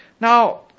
Now